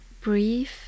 breathe